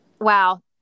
wow